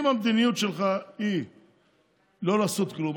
אם המדיניות שלך היא לא לעשות כלום,